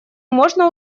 можно